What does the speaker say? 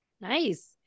Nice